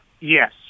Yes